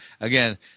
again